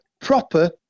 proper